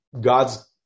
God's